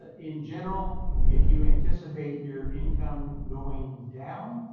ah in general, if you anticipate your income going down